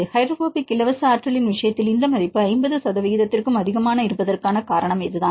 hydrophobic இலவச ஆற்றலின் விஷயத்தில் இந்த மதிப்பு 50 சதவீதத்திற்கும் அதிகமாக இருப்பதற்கான காரணம் இதுதான்